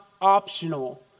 optional